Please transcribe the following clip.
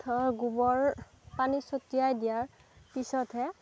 ধৰ গোবৰ পানী ছটিয়াই দিয়াৰ পিছতহে